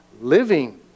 living